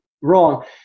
wrong